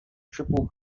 triple